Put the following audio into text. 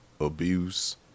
Abuse